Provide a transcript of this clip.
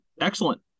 excellent